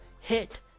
Hit